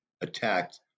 attacked